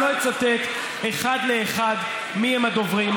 אני לא אצטט אחד לאחד מיהם הדוברים,